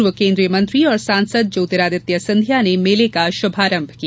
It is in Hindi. पूर्व केन्द्रीय मंत्री और सांसद ज्योतिरादित्य सिंधिया ने मेले का शुभारंभ किया